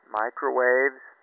microwaves